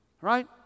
Right